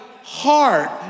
heart